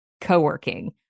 co-working